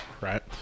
right